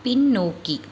பின்னோக்கி